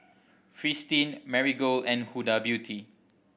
Fristine Marigold and Huda Beauty